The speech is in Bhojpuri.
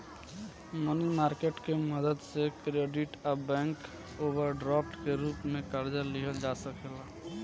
मनी मार्केट के मदद से क्रेडिट आ बैंक ओवरड्राफ्ट के रूप में कर्जा लिहल जा सकेला